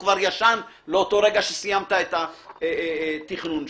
הוא כבר ישן לאותו רגע שסיימת את התכנון שלו.